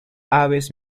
aves